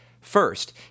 First